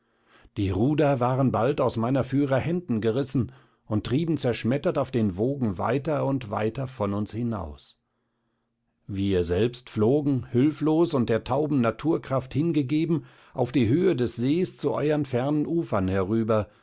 die ruder waren bald aus meiner führer händen gerissen und trieben zerschmettert auf den wogen weiter und weiter vor uns hinaus wir selbst flogen hülflos und der tauben naturkraft hingegeben auf die höhe des sees zu euern fernen ufern herüber